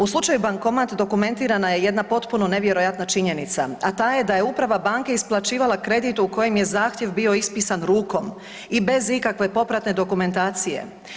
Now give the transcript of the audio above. U slučaju Bankomat dokumentirana je jedna potpuno nevjerojatna činjenica, a ta je da je uprava banke isplaćivala kredit u kojem je zahtjev bio ispisan rukom i bez ikakve popratne dokumentacije.